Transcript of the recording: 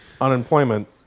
unemployment